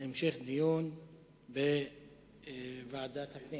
להמשך דיון בוועדת הפנים